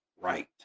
right